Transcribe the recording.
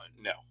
no